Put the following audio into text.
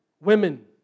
women